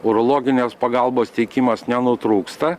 urologinės pagalbos teikimas nenutrūksta